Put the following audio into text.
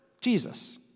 Jesus